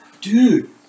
Dude